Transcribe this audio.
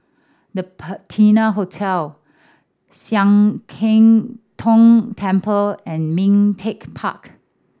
The Patina Hotel Sian Keng Tong Temple and Ming Teck Park